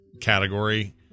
category